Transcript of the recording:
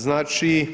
Znači,